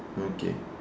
okay